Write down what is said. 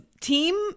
team